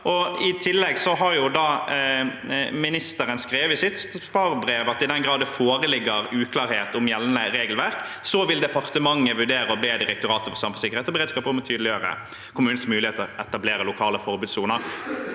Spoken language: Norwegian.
I tillegg har hun skrevet i sitt svarbrev: «I den grad det foreligger uklarhet om gjeldende regelverk, vil departmentet vurdere å be Direktoratet for samfunnssikkerhet og beredskap om å tydeliggjøre kommunenes mulighet til å etablere lokale forbudssoner.»